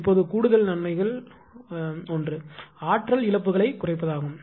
இப்போது கூடுதல் நன்மைகள் ஒன்று ஆற்றல் இழப்புகளைக் குறைப்பதாகும்